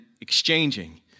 exchanging